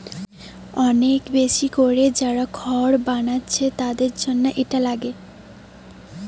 অনেক বেশি কোরে যারা খড় বানাচ্ছে তাদের জন্যে এটা লাগে